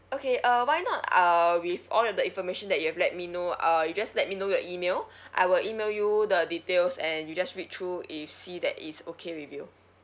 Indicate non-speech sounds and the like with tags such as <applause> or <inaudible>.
okay uh why not uh with all the information that you've let me know uh you just let me know your email <breath> I will email you the details and you just read through if see that is okay with you